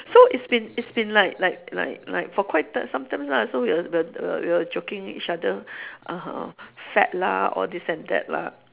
so it's been it's been like like like like for quite uh some times ah so we are err err we were joking each other uh fat lah all this and that lah